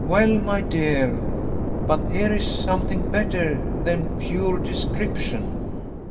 well, my dear but here is something better than pure description